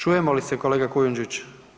Čujemo li se kolega Kujundžić?